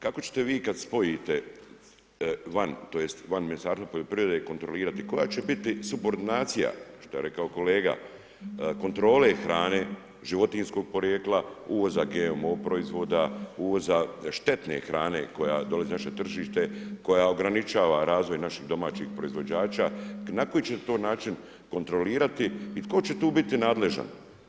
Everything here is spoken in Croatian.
Kak ćete vi kad spojite van tj. Ministarstva poljoprivrede kontrolirati, koja će biti subordinacija, što je rekao kolega kontrole hrane životinjskog porijekla, uvoza GMO proizvoda, uvoza štetne hrane koja dolazi na naše tržište, koja ograničava razvoj naših domaćih proizvođača, na koji će to način kontrolirati i tko će tu biti nadležan?